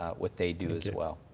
ah what they do as well.